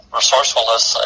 resourcefulness